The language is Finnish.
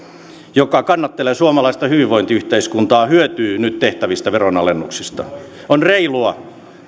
joka kannattelee suomalaista hyvinvointiyhteiskuntaa hyötyy nyt tehtävistä veronalennuksista on reilua